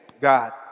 God